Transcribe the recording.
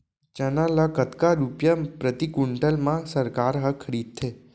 चना ल कतका रुपिया प्रति क्विंटल म सरकार ह खरीदथे?